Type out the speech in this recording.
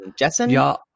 Jessen